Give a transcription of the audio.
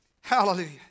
Hallelujah